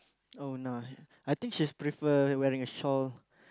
oh nah I thinks she prefer wearing a shawl